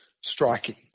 striking